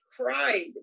cried